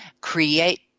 create